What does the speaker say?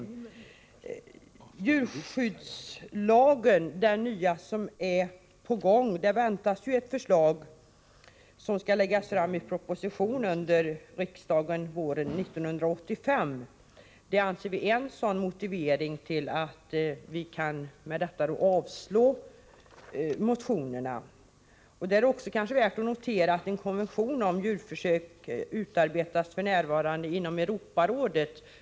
En ny djurskyddslag är på gång — en proposition till riksdagen väntas under våren 1985 — och det är en motivering till att utskottet avstyrker motionerna. Det är kanske också värt att notera att en konvention om djurförsök f.n. utarbetas inom Europarådet.